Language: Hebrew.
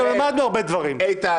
גם למדנו הרבה דברים.